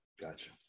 Gotcha